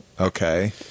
Okay